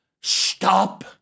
stop